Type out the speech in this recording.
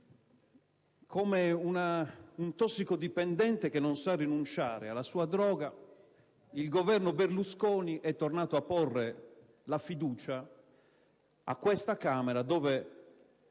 come un tossicodipendente che non sa rinunciare alla sua droga, il Governo Berlusconi è tornato a porre a questa Camera la